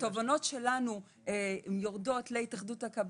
התובנות שלנו יורדות להתאחדות הקבלנים.